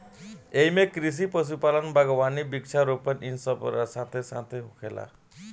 एइमे कृषि, पशुपालन, बगावानी, वृक्षा रोपण इ सब साथे साथ होखेला